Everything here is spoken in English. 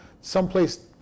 someplace